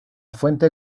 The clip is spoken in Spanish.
fuente